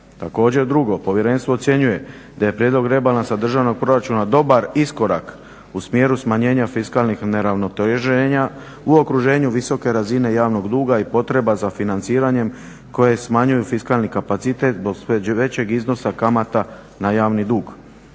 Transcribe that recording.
Također drugo, povjerenstvo ocjenjuje da je Prijedlog rebalansa državnog proračuna dobar iskorak u smjer smanjenja fiskalnih neuravnoteženja u okruženju visoke razine javnog duga i potreba za financiranjem koje smanjuju fiskalni kapacitet zbog sve većeg iznosa kamata na javni dug.